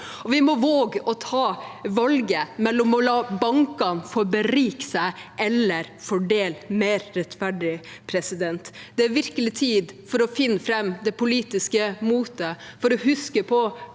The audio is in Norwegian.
Vi må våge å ta valget mellom å la bankene få berike seg og å fordele mer rettferdig. Det er virkelig tid for å finne fram det politiske motet for å huske på